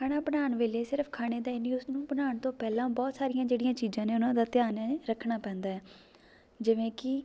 ਖਾਣਾ ਬਣਾਉਣ ਵੇਲੇ ਸਿਰਫ਼ ਖਾਣੇ ਦਾ ਹੀ ਨਹੀਂ ਉਸ ਨੂੰ ਬਣਾਉਣ ਤੋਂ ਪਹਿਲਾਂ ਬਹੁਤ ਸਾਰੀਆਂ ਜਿਹੜੀਆਂ ਚੀਜ਼ਾਂ ਨੇ ਉਹਨਾਂ ਦਾ ਧਿਆਨ ਹੈ ਰੱਖਣਾ ਪੈਂਦਾ ਹੈ ਜਿਵੇਂ ਕਿ